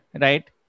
right